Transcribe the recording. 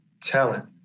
talent